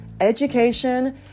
education